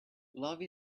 love